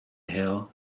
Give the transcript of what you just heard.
hill